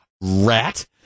rat